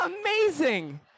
Amazing